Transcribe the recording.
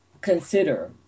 consider